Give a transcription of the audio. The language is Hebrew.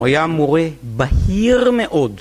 ‫הוא היה מורה בהיר מאוד.